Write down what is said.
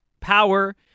Power